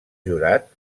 jurat